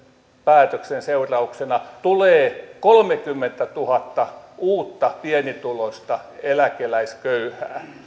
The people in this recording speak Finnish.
päätöksen seurauksena tulee kolmekymmentätuhatta uutta pienituloista eläkeläisköyhää